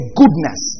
goodness